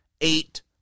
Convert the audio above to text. eight